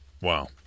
Wow